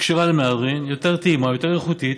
כשרה למהדרין, יותר טעימה, יותר איכותית.